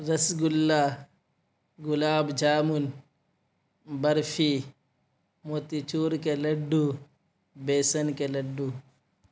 رس گلا گلاب جامن برفی موتی چور کے لڈو بیسن کے لڈو